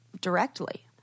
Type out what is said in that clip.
directly